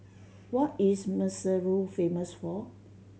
what is Maseru famous for